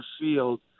field